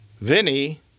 Vinny